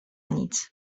nic